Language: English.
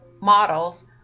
models